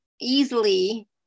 easily